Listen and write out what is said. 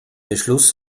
beschluss